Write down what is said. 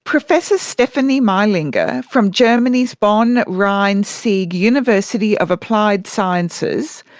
professor stefanie meilinger, from germany's bonn-rhein-sieg university of applied sciences,